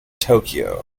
tokyo